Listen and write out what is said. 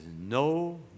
no